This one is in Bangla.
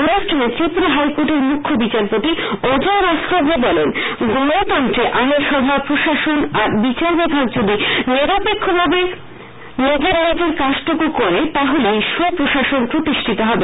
অনুষ্ঠানে ত্রিপুরা হাইকোর্টের মুখ্য বিচারপতি অজয় রাস্তোগী বলেন গণতন্ত্রে আইনসভা প্রশাসন আর বিচারবিভাগ যদি নিরপেক্ষভাবে নিজের নিজের কাজটুকু করে তা হলেই সুপ্রশাসন প্রতিষ্ঠিত হবে